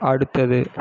அடுத்தது